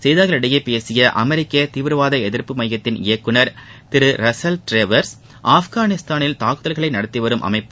செய்தியாளர்கள் இடையே பேசிய அமெரிக்க தீவிரவாத எதிர்ப்பு மையத்தின் இயக்குநர் திரு ரசல் ட்ரேவர்ஸ் அப்கானிஸ்தானில் தாக்குதல்களை நடத்தி வரும் அமைப்பு